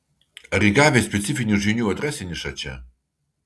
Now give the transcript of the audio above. ar įgavęs specifinių žinių atrasi nišą čia